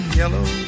yellow